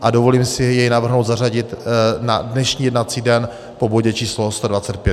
A dovolím si jej navrhnout zařadit na dnešní jednací den po bodě č. 125.